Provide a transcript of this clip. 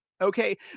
Okay